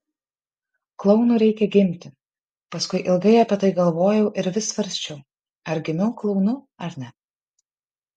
klounu reikia gimti paskui ilgai apie tai galvojau ir vis svarsčiau ar gimiau klounu ar ne